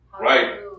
Right